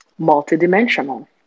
multidimensional